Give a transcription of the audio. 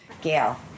Gail